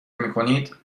میکنید